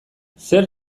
zer